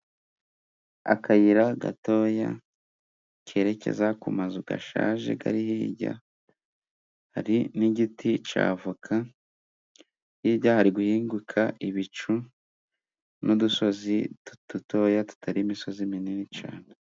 Akayira gatoya kerekeza ku mazu ashaje ari hirya. Hari n'igiti cy'avoka, hirya hari guhinguka ibicu n'udusozi dutoya, tutari imisozi minini cyane.